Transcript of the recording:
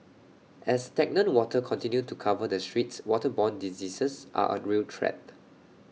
as stagnant water continue to cover the streets waterborne diseases are A real threat